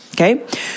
Okay